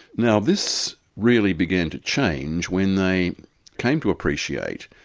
now this really began to change when they came to appreciate,